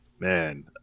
Man